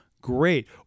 great